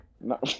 no